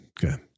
Good